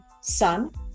sun